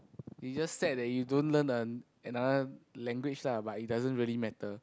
you just sad that you don't learn ano~ another language lah but it doesn't really matter